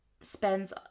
spends